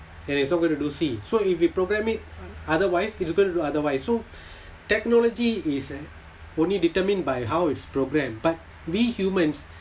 and it's not going to do C so if you program it otherwise it's gonna do otherwise so technology is only determined by how it's programmed but we humans